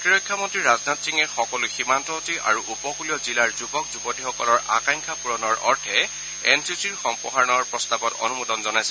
প্ৰতিৰক্ষা মন্ত্ৰী ৰাজনাথ সিঙে সকলো সীমান্তৱৰ্তী আৰু উপকূলীয় জিলাৰ যুৱক যুৱতীসকলৰ আকাংক্ষা পূৰণৰ অৰ্থে এন চি চিৰ সম্প্ৰসাৰণৰ প্ৰস্তাৱত অনুমোদন জনাইছে